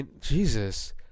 Jesus